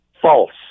False